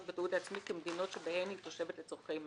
בתיעוד העצמי כמדינות שבהן היא תושבת לצרכי מס,